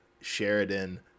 Sheridan